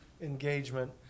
engagement